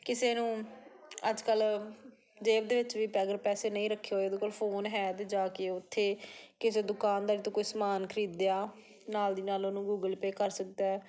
ਕਿਸੇ ਨੂੰ ਅੱਜ ਕੱਲ ਜੇਬ ਦੇ ਵਿੱਚ ਵੀ ਪੈ ਅਗਰ ਪੈਸੇ ਨਹੀਂ ਰੱਖੇ ਹੋਏ ਉਹਦੇ ਕੋਲ ਫੋਨ ਹੈ ਤਾਂ ਜਾ ਕੇ ਉੱਥੇ ਕਿਸੇ ਦੁਕਾਨਦਾਰ ਤੋਂ ਕੋਈ ਸਮਾਨ ਖਰੀਦਿਆ ਨਾਲ ਦੀ ਨਾਲ ਉਹਨੂੰ ਗੂਗਲ ਪੇ ਕਰ ਸਕਦਾ ਹੈ